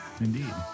Indeed